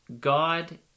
God